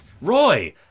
Roy